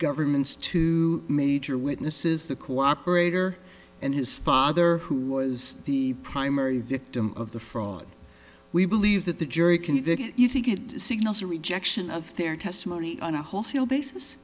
government's two major witnesses the cooperator and his father who was the primary victim of the fraud we believe that the jury convicted you think it signals a rejection of their testimony on a wholesale